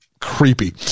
creepy